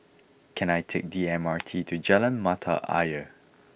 can I take the M R T to Jalan Mata Ayer